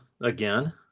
again